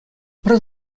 пӗр